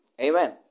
Amen